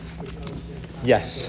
Yes